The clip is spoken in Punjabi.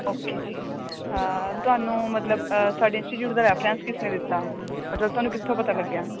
ਓਕੇ ਜੀ ਤੁਹਾਨੂੰ ਮਤਲਬ ਸਾਡੇ ਇੰਸਟੀਟਿਊਟ ਦਾ ਰੈਫਰੈਂਸ ਕਿਸ ਨੇ ਦਿੱਤਾ ਮਤਲਬ ਤੁਹਾਨੂੰ ਕਿੱਥੋਂ ਪਤਾ ਲੱਗਿਆ